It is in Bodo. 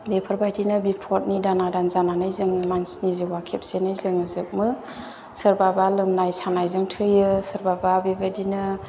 बेफोरबायदिनो बिफत निदान आदान जानानै जोङो मानसिनि जिउआ खेबसेनो जोङो जोबमो सोरबा लोंनाय सानायजों थैयो सोरबा बा बेबायदिनो